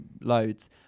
loads